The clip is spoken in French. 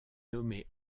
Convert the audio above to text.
nommée